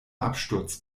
absturz